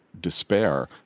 despair